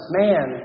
man